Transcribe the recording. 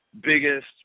biggest